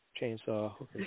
Chainsaw